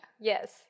Yes